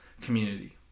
community